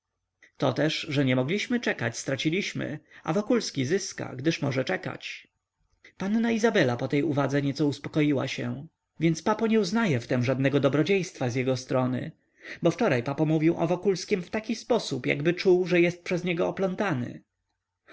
to też że nie mogliśmy czekać straciliśmy a wokulski zyska gdyż może czekać panna izabela po tej uwadze nieco uspokoiła się więc papo nie uznaje w tem żadnego dobrodziejstwa z jego strony bo wczoraj mówił papo o wokulskim w taki sposób jakby czuł że jest przez niego oplątany